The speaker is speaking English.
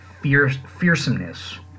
fearsomeness